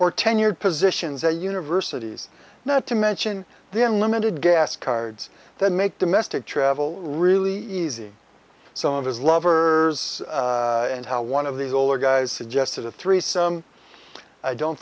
or tenured positions a universities not to mention the unlimited gas cards that make domestic travel really easy some of his lovers and how one of these older guys suggested a threesome i don't